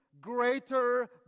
greater